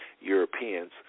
Europeans